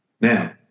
Now